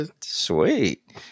sweet